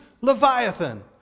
Leviathan